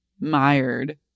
mired